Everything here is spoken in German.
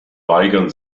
weigern